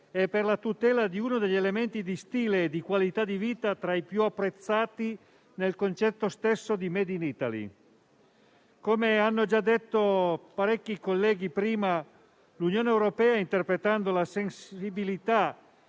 e per la tutela di uno degli elementi di stile e di qualità di vita tra i più apprezzati nel concetto stesso di *made in Italy*. Come hanno già detto parecchi colleghi prima, l'Unione europea, interpretando la sensibilità,